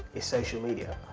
is social media.